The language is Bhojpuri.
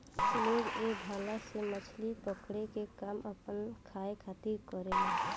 लोग ए भाला से मछली पकड़े के काम आपना खाए खातिर करेलेन